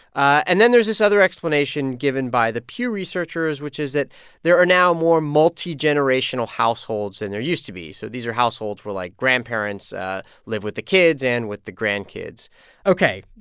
and then there's this other explanation given by the pew researchers, which is that there are now more multigenerational households than and there used to be. so these are households where, like, grandparents live with the kids and with the grandkids ok.